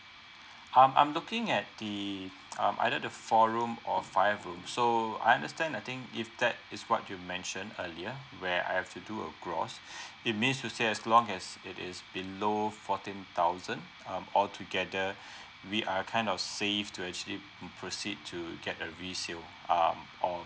um I'm looking at the um either the four room or five room so I understand I think if that is what you mentioned earlier where I have to do gross it means to say as long as it is below fourteen thousand um all together we are kind of safe to actually proceed to to get a resale um or